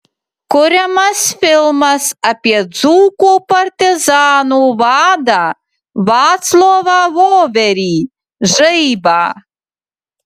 kuriamas filmas apie dzūkų partizanų vadą vaclovą voverį žaibą